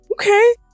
Okay